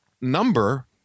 number